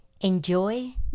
Enjoy